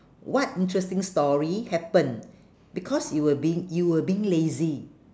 what interesting story happen because you were being you were being lazy